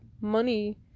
money